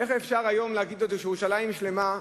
איך אפשר להגיד היום שירושלים שלמה,